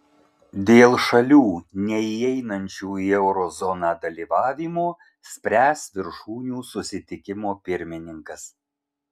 dėl šalių neįeinančių į euro zoną dalyvavimo spręs viršūnių susitikimo pirmininkas